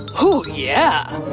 oh, yeah!